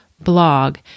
blog